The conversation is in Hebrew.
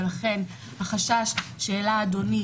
ולכן החשש שהעלה אדוני,